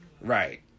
Right